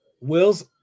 wills